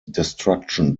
destruction